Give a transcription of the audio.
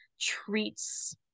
treats